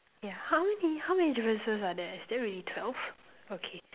yeah how many how many differences are there is really twelve okay